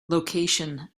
location